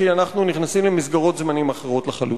כי אנחנו נכנסים למסגרות זמנים אחרות לחלוטין.